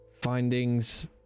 findings